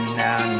now